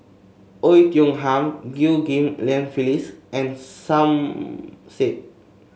Oei Tiong Ham Chew Ghim Lian Phyllis and Som Said